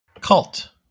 Cult